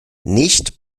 nicht